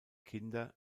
kinder